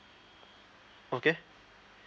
okay